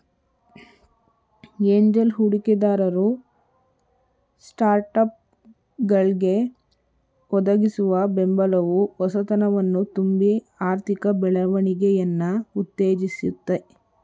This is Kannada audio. ಏಂಜಲ್ ಹೂಡಿಕೆದಾರರು ಸ್ಟಾರ್ಟ್ಅಪ್ಗಳ್ಗೆ ಒದಗಿಸುವ ಬೆಂಬಲವು ಹೊಸತನವನ್ನ ತುಂಬಿ ಆರ್ಥಿಕ ಬೆಳವಣಿಗೆಯನ್ನ ಉತ್ತೇಜಿಸುತ್ತೆ